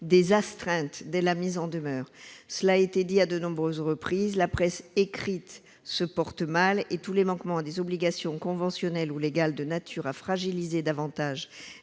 des astreintes dès la mise en demeure. Cela a été dit à de nombreuses reprises : la presse écrite se porte mal, et tous les manquements à des obligations conventionnelles ou légales de nature à fragiliser davantage